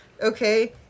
Okay